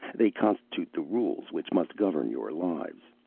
they constitute the rules which must govern your lives.